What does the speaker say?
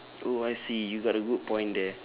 oh I see you got a good point there